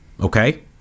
Okay